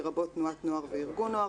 לרבות תנועת נוער וארגון נוער,